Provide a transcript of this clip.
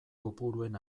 kopuruen